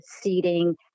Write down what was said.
seating